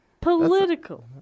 Political